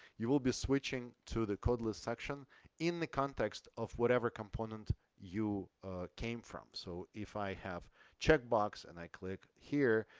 you will be switching to the codeless section in the context of whatever component you came from. so if i have a checkbox and i click here,